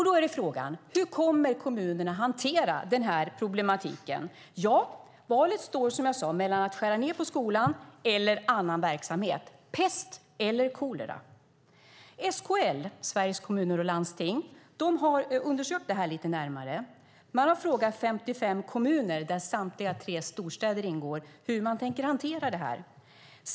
Då är frågan: Hur kommer kommunerna att hantera den här problematiken? Valet står mellan att skära ned på skolan och att skära ned på annan verksamhet - pest eller kolera. SKL, Sveriges Kommuner och Landsting, har undersökt detta lite närmare. Man har frågat 55 kommuner, där samtliga tre storstäder ingår, hur de tänker hantera detta.